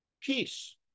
Peace